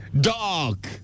Dog